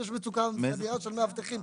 יש מצוקה אדירה של מאבטחים,